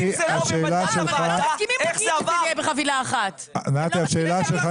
נתי, השאלה שלך נשאלה.